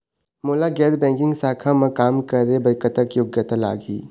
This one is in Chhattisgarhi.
मोला गैर बैंकिंग शाखा मा काम करे बर कतक योग्यता लगही?